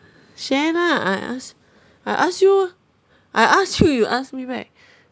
share lah I ask I ask you I ask you you ask me back